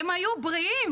הם היו בריאים,